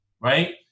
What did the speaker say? right